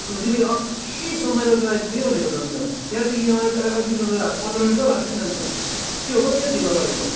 अन्त तिमीले अघि समयरा बजार आइपुगेँ भनेको त अन्त त्यहाँदेखि यहाँ आई आइपुग्नु त पन्ध्र मिनट त लाग्छ नि अन्त के हो कति साह्रो ढिलो गरेको